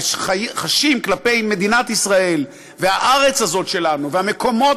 חשים כלפי מדינת ישראל והארץ הזאת שלנו והמקומות